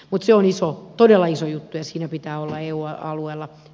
mutsi olis ollut todella iso j keskinen pitää olla eun alueella